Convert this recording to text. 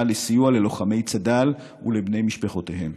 בסיוע ללוחמי צד"ל ולבני משפחותיהם.